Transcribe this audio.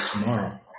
tomorrow